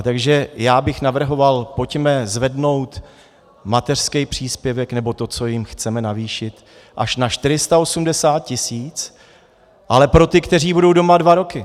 Takže já bych navrhoval, pojďme zvednout mateřský příspěvek nebo to, co jim chceme navýšit, až na 480 tisíc, ale pro ty, kteří budou doma dva roky.